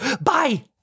Bye